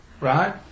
right